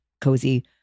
cozy